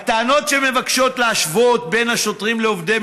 הטענות שמבקשות להשוות בין השוטרים לעובדי